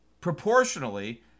proportionally